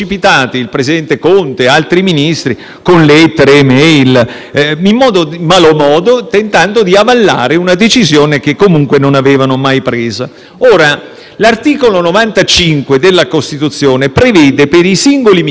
di avallare una decisione che comunque non avevano mai preso. L'articolo 95 della Costituzione prevede per i singoli Ministri una responsabilità collegiale solo per gli atti decisi nel Consiglio dei ministri